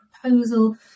proposal